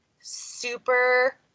super